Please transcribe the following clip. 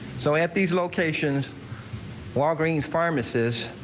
so at these locations walgreens pharmacist.